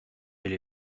elle